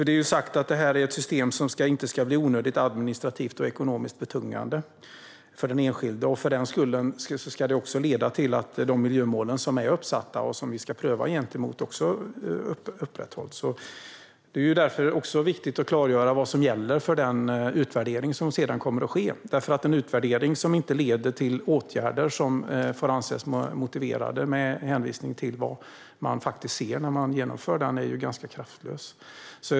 Det är sagt att det är ett system som inte ska bli onödigt administrativt och ekonomiskt betungande för den enskilde. För den skull ska det leda till att de miljömål som är uppsatta och som vi ska pröva mot upprätthålls. Det är viktigt att klargöra vad som gäller för den utvärdering som sedan kommer att ske. En utvärdering som inte leder till åtgärder som får anses motiverade med hänvisning till vad man ser när man genomför den är ganska kraftlös.